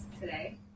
today